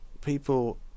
people